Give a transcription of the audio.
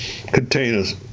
containers